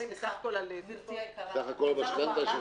בסך הכול על- -- בסך הכול משכנתה.